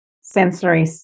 sensory